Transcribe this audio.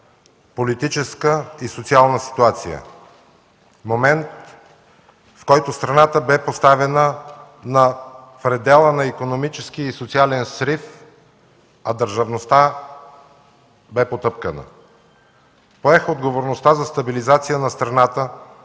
политическа и социална ситуация, в момент, в който страната бе поставена на предела на икономически и социален срив, а държавността бе потъпкана. Поех отговорността за стабилизация на страната,